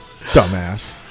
Dumbass